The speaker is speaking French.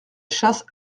chasse